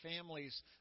families